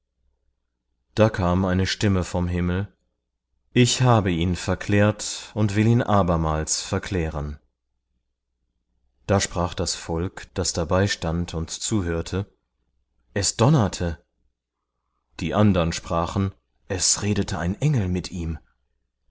da kam eine stimme vom himmel ich habe ihn verklärt und will ihn abermals verklären da sprach das volk das dabeistand und zuhörte es donnerte die andern sprachen es redete ein engel mit ihm